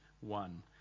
one